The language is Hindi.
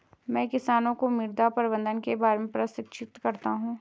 मैं किसानों को मृदा प्रबंधन के बारे में प्रशिक्षित करता हूँ